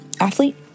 athlete